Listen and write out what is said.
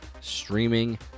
streaming